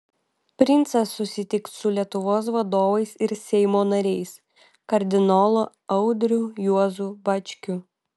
princas susitiks su lietuvos vadovais ir seimo nariais kardinolu audriu juozu bačkiu